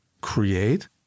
create